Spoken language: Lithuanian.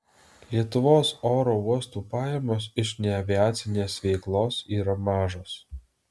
lietuvos oro uostų pajamos iš neaviacinės veiklos yra mažos